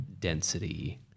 density